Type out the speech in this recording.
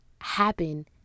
happen